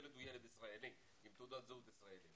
הילד הוא ילד ישראלי עם תעודת זהות ישראלית.